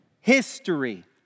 history